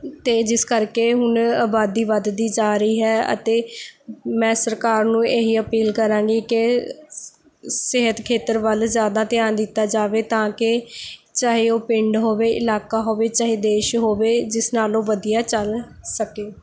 ਅਤੇ ਜਿਸ ਕਰਕੇ ਹੁਣ ਆਬਾਦੀ ਵੱਧਦੀ ਜਾ ਰਹੀ ਹੈ ਅਤੇ ਮੈਂ ਸਰਕਾਰ ਨੂੰ ਇਹ ਹੀ ਅਪੀਲ ਕਰਾਂਗੀ ਕਿ ਸਿ ਸਿਹਤ ਖੇਤਰ ਵੱਲ ਜ਼ਿਆਦਾ ਧਿਆਨ ਦਿੱਤਾ ਜਾਵੇ ਤਾਂ ਕਿ ਚਾਹੇ ਉਹ ਪਿੰਡ ਹੋਵੇ ਇਲਾਕਾ ਹੋਵੇ ਚਾਹੇ ਦੇਸ਼ ਹੋਵੇ ਜਿਸ ਨਾਲ ਉਹ ਵਧੀਆ ਚੱਲ ਸਕੇ